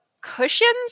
cushions